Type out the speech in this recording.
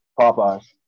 Popeye's